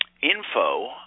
info